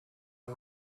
and